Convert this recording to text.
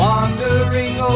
Wandering